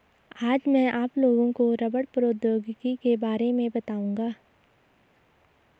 आज मैं आप लोगों को रबड़ प्रौद्योगिकी के बारे में बताउंगा